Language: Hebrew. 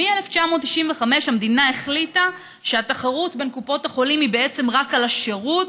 ומ-1995 המדינה החליטה שהתחרות בין קופות החולים היא בעצם רק על השירות,